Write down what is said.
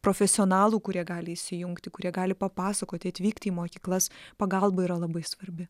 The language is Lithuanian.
profesionalų kurie gali įsijungti kurie gali papasakoti atvykti į mokyklas pagalba yra labai svarbi